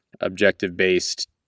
objective-based